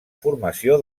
formació